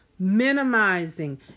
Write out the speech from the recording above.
minimizing